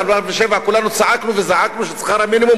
ב-2007 כולנו צעקנו וזעקנו ששכר המינימום